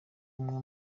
umwe